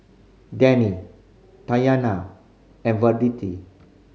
Denny Tatyanna and